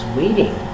waiting